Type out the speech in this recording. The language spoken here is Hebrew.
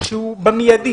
שהוא במיידי.